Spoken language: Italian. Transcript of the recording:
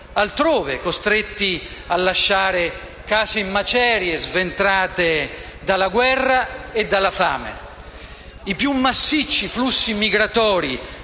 altrove, costretti a lasciare le case in macerie, sventrate dalla guerra e dalla fame. I più massicci flussi migratori